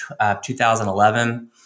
2011